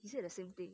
he said the same thing